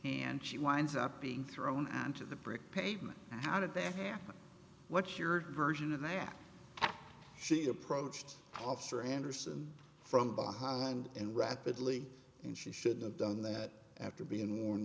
and she winds up being thrown on to the brick pavement and how did that happen what's your version of that she approached officer anderson from behind and rapidly and she should have done that after being warn